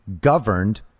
governed